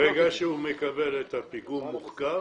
ברגע שהוא מקבל את הפיגום מורכב,